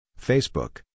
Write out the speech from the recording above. Facebook